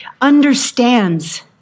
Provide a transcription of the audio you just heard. understands